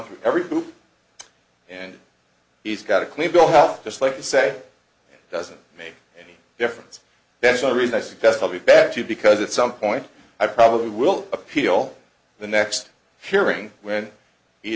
through every bill and he's got a clean bill out just like you say doesn't make any difference that's one reason i suggest i'll be back too because at some point i probably will appeal the next hearing when he